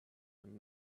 and